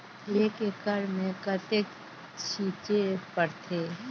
एक एकड़ मे कतेक छीचे पड़थे?